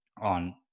on